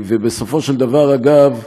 בסופו של דבר, אגב,